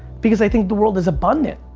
because i think the world is abundant.